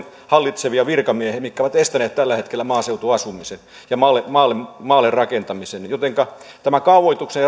hallitsevia virkamiehiä jotka ovat estäneet tällä hetkellä maaseutuasumisen ja maalle rakentamisen jotenka tämä kaavoituksen